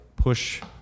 push